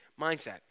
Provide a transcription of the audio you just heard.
mindset